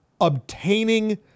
obtaining